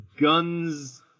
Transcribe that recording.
Guns